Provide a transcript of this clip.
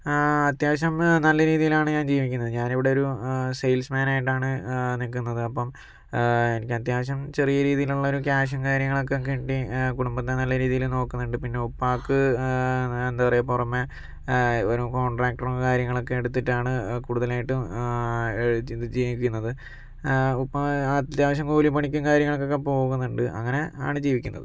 അത്യാവശ്യം നല്ല രീതിയിലാണ് ഞാൻ ജീവിക്കുന്നത് ഞാനിവിടെ ഒരു സെയിൽസ് മാൻ ആയിട്ടാണ് നിൽക്കുന്നത് അപ്പോൾ എനിക്ക് അത്യാവശ്യം ചെറിയ രീതിയിലുള്ളൊരു ക്യാഷും കാര്യങ്ങളൊക്കെ കിട്ടി കുടുംബത്തെ നല്ല രീതിയില് നോക്കുന്നുണ്ട് പിന്നെ ഉപ്പാക്ക് എന്താ പറയുക പുറമേ ഒരു കോൺട്രാക്ടറും കാര്യങ്ങളൊക്കെ എടുത്തിട്ടാണ് കൂടുതലായിട്ടും ജീവിക്കുന്നത് ഉപ്പ അത്യാവശ്യം കൂലിപ്പണിക്കും കാര്യങ്ങൾക്കൊക്കെ പോകുന്നുണ്ട് അങ്ങനെ ആണ് ജീവിക്കുന്നത്